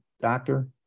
doctor